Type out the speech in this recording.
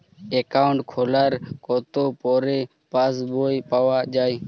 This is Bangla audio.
অ্যাকাউন্ট খোলার কতো পরে পাস বই পাওয়া য়ায়?